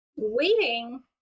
waiting